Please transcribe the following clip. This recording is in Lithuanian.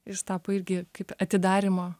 jis tapo irgi kaip atidarymo